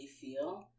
feel